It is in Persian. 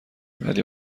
ولی